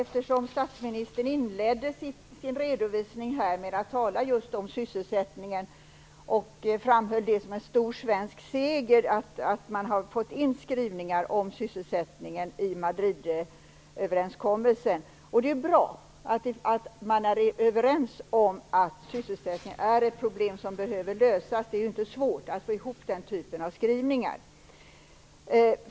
Fru talman! Statsministern inledde sin redovisning med att tala just om sysselsättningen, och han framhöll som en stor svensk seger att man har fått in skrivningar om sysselsättningen i Madridöverenskommelsen. Det är bra att man är överens om att sysselsättningen är ett problem som behöver lösas. Det är inte svårt att få ihop den typen av skrivningar.